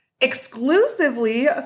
exclusively